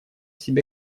себе